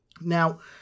Now